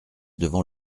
devant